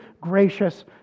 gracious